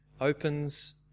opens